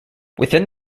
within